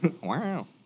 Wow